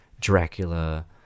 dracula